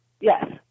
Yes